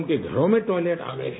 उनके घरों में टॉयलट आ गये